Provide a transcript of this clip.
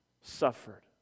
suffered